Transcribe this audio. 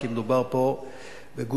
כי מדובר פה בגוש-דן,